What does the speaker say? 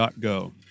.go